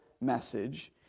message